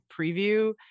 preview